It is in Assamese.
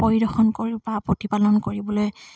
পৰিদৰ্শন কৰি বা প্ৰতিপালন কৰিবলৈ